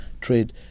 trade